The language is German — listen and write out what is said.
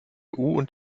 und